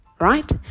right